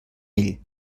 ell